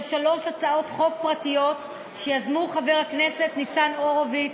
שלוש הצעות חוק פרטיות שיזמו חברי הכנסת ניצן הורוביץ,